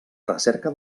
recerca